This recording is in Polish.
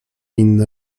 inne